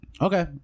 Okay